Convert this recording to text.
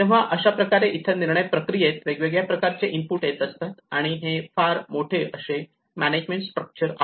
तेव्हा अशाप्रकारे इथे निर्णय प्रक्रियेत वेगवेगळ्या प्रकारचे इनपुट येत असतात आणि हे फार मोठे असे मॅनेजमेंट स्ट्रक्चर आहे